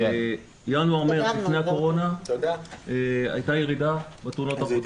ינואר-מרץ לפני הקורונה הייתה ירידה בתאונות עבודה.